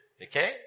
Okay